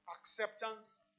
acceptance